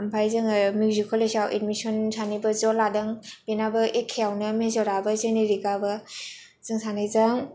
ओमफ्राय जोङो मिउजिक कलेजाव एडमिसन सानैबो ज' लादों बेनाबो एखेआवनो मेजराबो जेनेरिखयाबो जों सानैजों